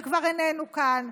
שכבר איננו כאן,